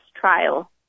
trial